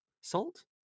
Salt